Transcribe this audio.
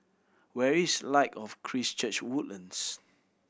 where is Light of Christ Church Woodlands